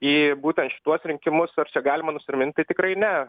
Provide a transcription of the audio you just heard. į būtent šituos rinkimus ar čia galima nusiraminti tikrai ne